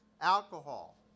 alcohol